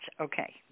Okay